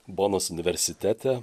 bonos universitete